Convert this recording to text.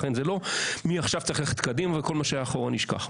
לכן זה לא שמעכשיו צריך ללכת קדימה וכל מה שהיה אחורה נשכח.